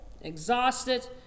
exhausted